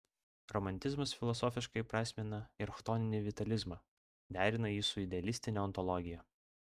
romantizmas filosofiškai įprasmina ir chtoninį vitalizmą derina jį su idealistine ontologija